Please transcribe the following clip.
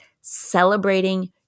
celebrating